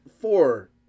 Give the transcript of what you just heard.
four